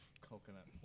coconut